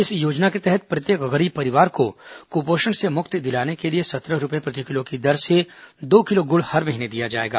इस योजना के तहत प्रत्येक गरीब परिवार को कुपोषण से मुक्ति दिलाने के लिए सत्रह रुपए प्रतिकिलो की दर से दो किलो गुड़ हर महीने दिया जाएगा